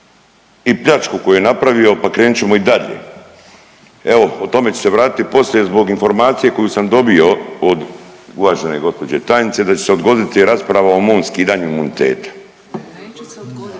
i pljačku koju je napravio, pa krenut ćemo i dalje. Evo o tome ću se vratit poslije zbog informacije koju sam dobio od uvažene gđe. tajnice da će se odgoditi rasprava o mom skidanju imuniteta.